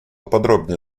подробнее